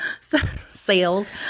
Sales